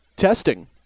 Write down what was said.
testing